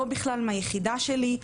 לא בכלל מהיחידה שלי,